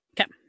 okay